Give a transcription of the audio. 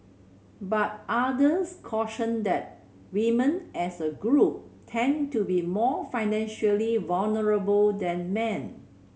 but others cautioned that women as a group tend to be more financially vulnerable than men